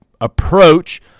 approach